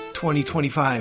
2025